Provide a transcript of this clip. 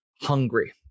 hungry